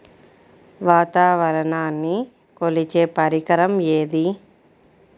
వాతావరణాన్ని కొలిచే పరికరం ఏది?